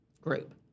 group